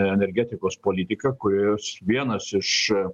energetikos politiką kurios vienas iš